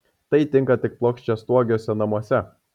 tai tinka tik plokščiastogiuose namuose